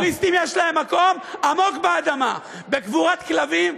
טרוריסטים יש להם מקום עמוק באדמה, בקבורת כלבים.